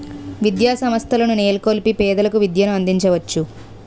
విద్యాసంస్థల నెలకొల్పి పేదలకు విద్యను అందించవచ్చు